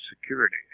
security